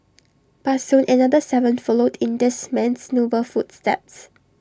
but soon another Seven followed in this man's noble footsteps